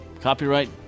Copyright